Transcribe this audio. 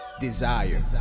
desire